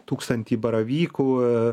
tūkstantį baravykų